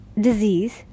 disease